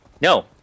no